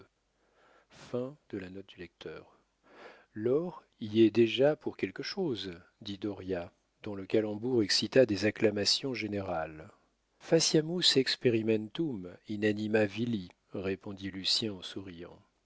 laure y est déjà pour quelque chose dit dauriat dont le calembour excita des acclamations générales faciamus experimentum in anima vili répondit lucien en souriant